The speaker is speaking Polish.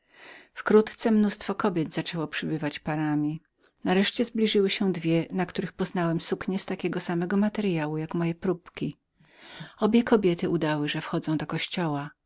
wkrótce mnóstwo kobiet zaczęło wstępować parami nareszcie zbliżyły się dwie na których poznałem suknie wskazane mi przez niegodziwego obie kobiety udały że wchodzą do kościoła